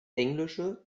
englische